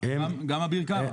גם אביר קארה.